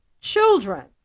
children